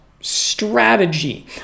strategy